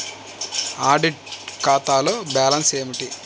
Audit ఖాతాలో balance ఏమిటీ?